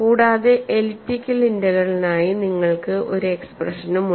കൂടാതെ എലിപ്റ്റിക്കൽ ഇന്റഗ്രലിനായി നിങ്ങൾക്ക് ഒരു എക്സ്പ്രഷനുമുണ്ട്